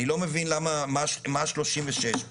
אני לא מבין למה, מה 36 פה.